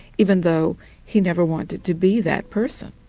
even though he never wanted to be that person.